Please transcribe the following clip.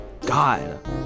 God